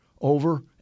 over